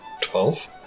Twelve